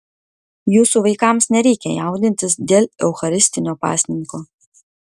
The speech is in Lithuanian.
jūsų vaikams nereikia jaudintis dėl eucharistinio pasninko